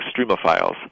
extremophiles